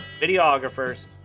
videographers